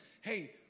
hey